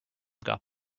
got